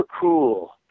cool